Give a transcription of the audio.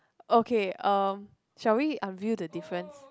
okay um shall we unveil the difference